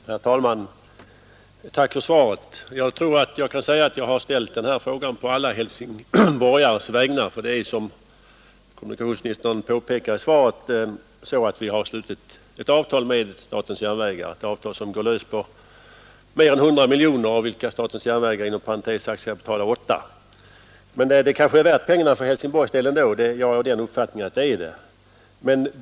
Herr talman! Tack för svaret! Jag tror jag kan säga att jag har ställt den här frågan på alla helsingborgares vägnar, för det är som kommunikationsministern påpekar så att vi har slutit ett avtal med statens järnvägar som går löst på mer än 100 miljoner, av vilka statens järnvägar inom parentes sagt skall betala 8. Men det kanske är värt pengarna för Helsingborgs del ändå — den uppfattningen har jag.